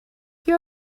you